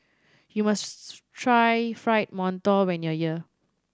you must try Fried Mantou when you are here